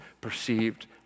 perceived